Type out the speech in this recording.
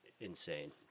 insane